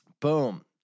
Boom